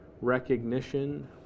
recognition